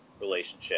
relationship